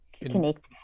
Connect